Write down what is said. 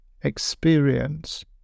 experience